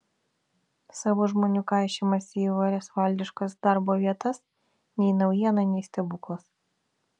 savų žmonių kaišymai į įvairias valdiškas darbo vietas nei naujiena nei stebuklas